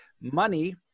money